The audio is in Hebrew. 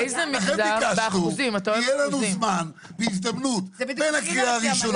לכן ביקשנו שיהיה לנו זמן והזדמנות בין הקריאה הראשונה,